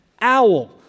owl